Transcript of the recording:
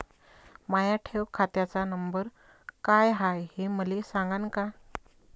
माया ठेव खात्याचा नंबर काय हाय हे मले सांगान का?